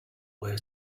way